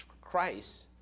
Christ